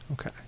Okay